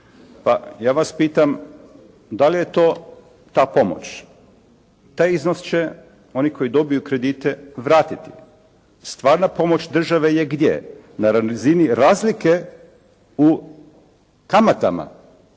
Pa ja vas pitam, da li je to ta pomoć? Taj iznos će oni koji dobiju kredite vratiti. Stvarna pomoć države je gdje? Na razini razlike u kamatama